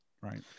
right